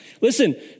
Listen